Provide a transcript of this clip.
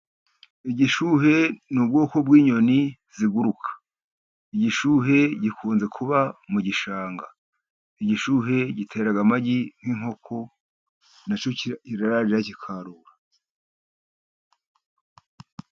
Igishuhe n'ubwoko bw'inyoni ziguruka. Igishuhe gikunze kuba mugishanga, igishuhe gitera amagi nk'inkoko nacyo kikarura.